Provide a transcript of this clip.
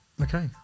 Okay